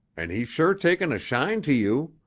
and he's sure taken a shine to you.